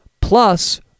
plus